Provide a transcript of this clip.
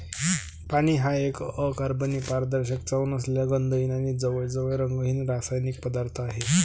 पाणी हा एक अकार्बनी, पारदर्शक, चव नसलेला, गंधहीन आणि जवळजवळ रंगहीन रासायनिक पदार्थ आहे